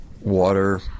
water